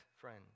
friend